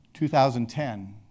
2010